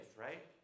right